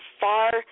far